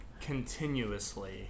continuously